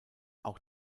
auch